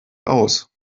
aus